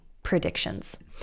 Predictions